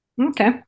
Okay